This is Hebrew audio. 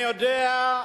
אני יודע,